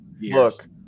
Look